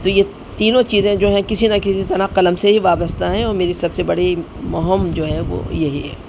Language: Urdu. تو یہ تینوں چیزیں جو ہیں کسی نہ کسی طرح قلم سے ہی وابستہ ہیں اور میری سب سے بڑی مہم جو ہے وہ یہی ہے